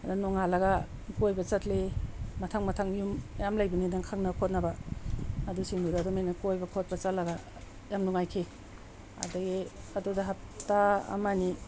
ꯑꯗ ꯅꯣꯡꯉꯥꯜꯂꯒ ꯀꯣꯏꯕ ꯆꯠꯂꯤ ꯃꯊꯪ ꯃꯊꯪ ꯌꯨꯝ ꯃꯌꯥꯝ ꯂꯩꯕꯅꯤꯅ ꯈꯪꯅ ꯈꯣꯠꯅꯕ ꯑꯗꯨꯁꯤꯡꯗꯨꯗ ꯑꯗꯨꯃꯥꯏꯅ ꯀꯣꯏꯕ ꯈꯣꯠꯄ ꯆꯠꯂꯒ ꯌꯥꯝ ꯅꯨꯡꯉꯥꯏꯈꯤ ꯑꯗꯒꯤ ꯑꯗꯨꯗ ꯍꯞꯇꯥ ꯑꯃ ꯑꯅꯤ